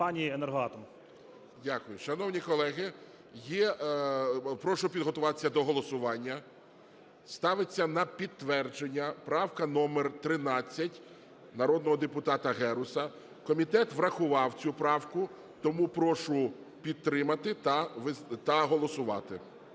Дякую. Шановні колеги, прошу підготуватися до голосування. Ставиться на підтвердження правка номер 13 народного депутата Геруса. Комітет врахував цю правку, тому прошу підтримати та голосувати.